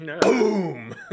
Boom